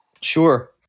Sure